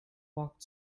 walked